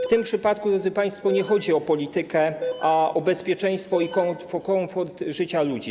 W tym przypadku, drodzy państwo, nie chodzi o politykę, a o bezpieczeństwo i komfort życia ludzi.